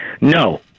no